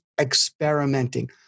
experimenting